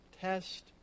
test